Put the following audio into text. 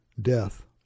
Death